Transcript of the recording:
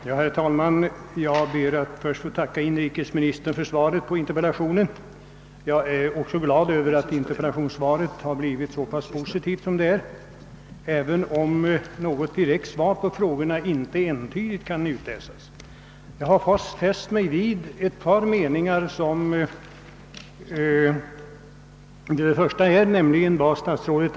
Herr talman! Jag ber att få tacka inrikesministern för svaret på min interpellation. Det gläder mig att svaret är så positivt, även om något direkt och entydigt svar på mina frågor inte kan utläsas däri. Jag har fäst mig speciellt vid ett par meningar i interpellationssvaret.